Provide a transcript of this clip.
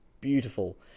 beautiful